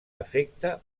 efecte